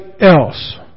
else